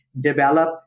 develop